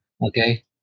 Okay